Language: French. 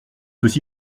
aussi